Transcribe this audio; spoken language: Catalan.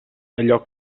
allò